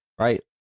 Right